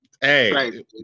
Hey